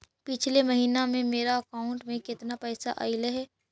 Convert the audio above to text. पिछले महिना में मेरा अकाउंट में केतना पैसा अइलेय हे?